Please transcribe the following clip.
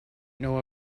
know